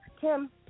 Kim